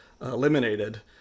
eliminated